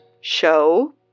Show